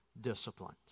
disciplines